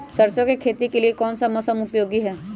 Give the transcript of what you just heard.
सरसो की खेती के लिए कौन सा मौसम उपयोगी है?